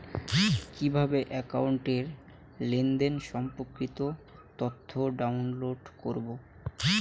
কিভাবে একাউন্টের লেনদেন সম্পর্কিত তথ্য ডাউনলোড করবো?